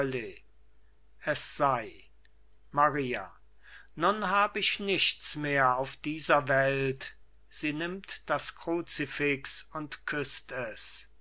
es sei maria nun hab ich nichts mehr auf dieser welt sie nimmt das kruzifix und küßt es